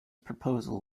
proposal